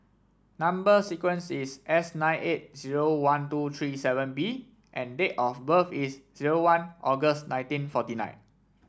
number sequence is S nine eight zero one two three seven B and date of birth is zero one August nineteen forty nine